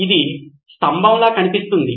ఇది స్తంభంలా కనిపిస్తుంది